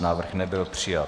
Návrh nebyl přijat.